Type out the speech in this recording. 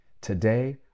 Today